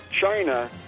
China